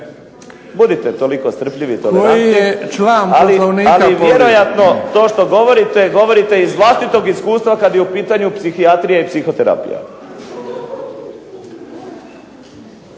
budite toliko strpljivi i tolerantni ali vjerojatno to što govorite, govorite iz vlastitog iskustva kada je u pitanju psihijatrija i psihoterapija.